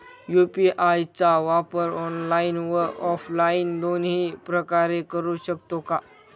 UPI चा वापर online व ऑफलाईन दोन्ही प्रकारे करु शकतो का?